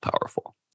powerful